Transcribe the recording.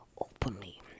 openly